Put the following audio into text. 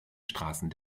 straßen